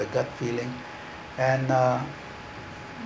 the gut feeling and uh